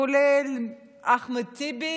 כולל את אחמד טיבי,